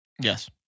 yes